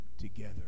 together